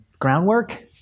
groundwork